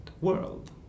world